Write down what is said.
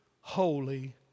holy